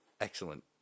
Excellent